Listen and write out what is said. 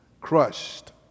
crushed